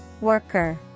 Worker